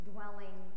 dwelling